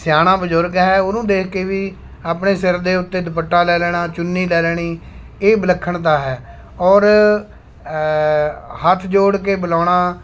ਸਿਆਣਾ ਬਜ਼ੁਰਗ ਹੈ ਉਹਨੂੰ ਦੇਖ ਕੇ ਵੀ ਆਪਣੇ ਸਿਰ ਦੇ ਉੱਤੇ ਦੁਪੱਟਾ ਲੈ ਲੈਣਾ ਚੁੰਨੀ ਲੈ ਲੈਣੀ ਇਹ ਵਿਲੱਖਣਤਾ ਹੈ ਔਰ ਹੱਥ ਜੋੜ ਕੇ ਬੁਲਾਉਣਾ